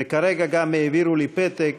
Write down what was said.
וכרגע גם העבירו לי פתק